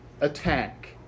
attack